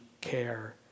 care